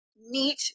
neat